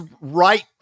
right